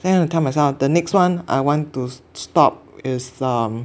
then I tell myself the next one I want to stop is um